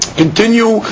continue